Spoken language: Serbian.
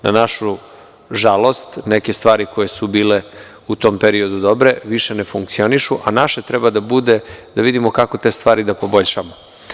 Na našu žalost neke stvari koje su bile u tom periodu dobre više ne funkcionišu, a naše treba da budeda vidimo kako te stvari da poboljšamo.